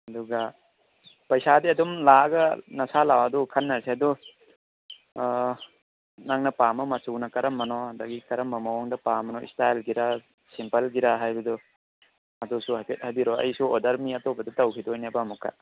ꯑꯗꯨꯒ ꯄꯩꯁꯥꯗꯤ ꯑꯗꯨꯝ ꯂꯥꯛꯑꯒ ꯅꯁꯥ ꯂꯥꯛꯑꯣ ꯑꯗꯨꯒ ꯈꯟꯅꯔꯁꯦ ꯑꯗꯣ ꯅꯪꯅ ꯄꯥꯝꯕ ꯃꯆꯨꯅ ꯀꯔꯝꯕꯅꯣ ꯑꯗꯨꯗꯒꯤ ꯀꯥꯔꯝꯕ ꯃꯑꯣꯡꯗ ꯄꯥꯝꯕꯅꯣ ꯁ꯭ꯇꯥꯏꯂꯒꯤꯔ ꯁꯤꯝꯄ꯭ꯂꯒꯤꯔ ꯍꯥꯏꯕꯗꯨ ꯑꯗꯨꯁꯨ ꯍꯥꯏꯐꯦꯠ ꯍꯥꯏꯕꯤꯔꯣ ꯑꯩꯁꯨ ꯑꯣꯔꯗꯔ ꯃꯤ ꯑꯇꯣꯞꯄꯗ ꯇꯧꯈꯤꯗꯣꯏꯅꯦꯕ ꯑꯃꯨꯛꯀ